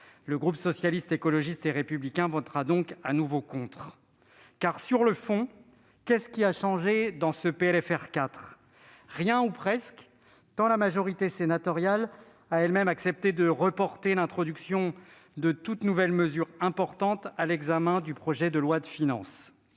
Le groupe Socialiste, Écologiste et Républicain votera donc de nouveau contre. Sur le fond, en effet, qu'est-ce qui a changé dans ce PLFR 4 ? Rien ou presque, puisque la majorité sénatoriale a elle-même accepté de reporter l'introduction de toute nouvelle mesure importante à l'examen du projet de loi de finances.